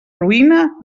ruïna